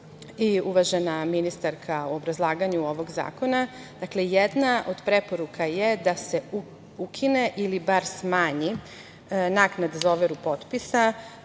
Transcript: i uvažena ministarka u obrazlaganju ovog zakona, dakle jedna od preporuka je da se ukine ili bar smanji naknada za overu potpisa,